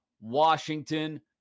Washington